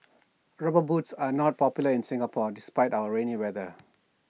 rubber boots are not popular in Singapore despite our rainy weather